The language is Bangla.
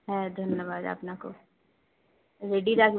হ্যাঁ ধন্যবাদ আপনাকেও রেডি রাখ